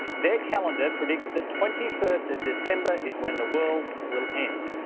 their calendar predicts that twenty first of december is when the world will end.